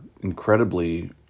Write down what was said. incredibly